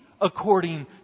according